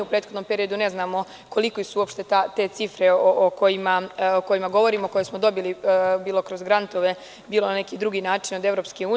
U prethodnom period ne znamo kolike su te cifre o kojima govorimo, koje smo dobili bilo kroz grantove, bilo na neki drugi način od EU.